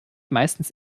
meistens